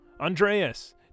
Andreas